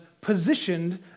positioned